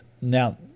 Now